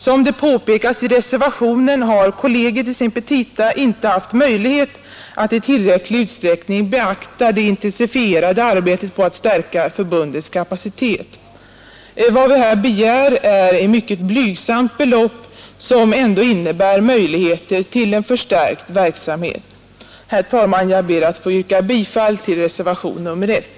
Som det påpekas i reservationen har kollegiet i sina petita inte haft möjlighet att i tillräcklig utsträckning beakta det intensifierade arbetet på att stärka förbundets kapacitet. Vad vi här begär är ett mycket blygsamt belopp, som ändå innebär möjligheter till en förstärkt verksamhet. Herr talman! Jag yrkar bifall till reservationen 1.